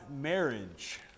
marriage